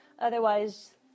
otherwise